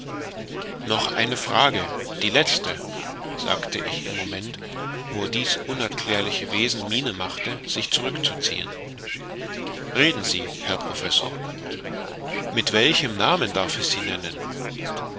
noch eine frage die letzte sagte ich im moment wo dies unerklärliche wesen miene machte sich zurückzuziehen reden sie herr professor mit welchem namen darf ich sie nennen